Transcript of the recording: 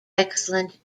excellent